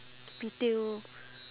retail